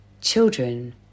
Children